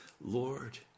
Lord